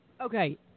Okay